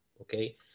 okay